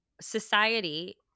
society